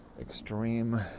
extreme